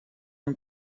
amb